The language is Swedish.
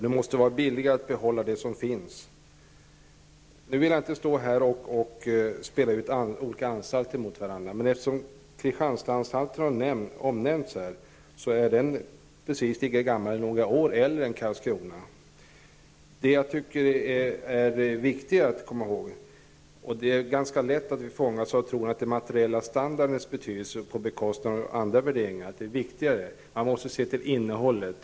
Det måste vara billigare att behålla det som finns. Nu vill jag inte spela ut olika anstalter mot varandra, men eftersom Kristianstadsanstalten här omnämndes vill jag säga att den är lika gammal som Karlskronaanstalten, några år äldre. Det jag tycker är viktigt att komma ihåg är att vi ganska lätt fångas av tron på den materiella standardens betydelse på bekostnad av andra värderingar. Man måste se till innehållet.